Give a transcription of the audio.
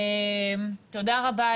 תודה רבה,